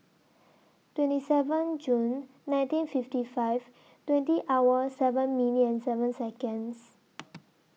twenty seven June nineteen fifty five twenty hour seven minutes and seven Seconds